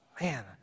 Man